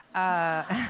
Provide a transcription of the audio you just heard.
i